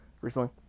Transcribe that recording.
recently